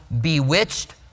Bewitched